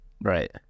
Right